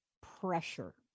pressure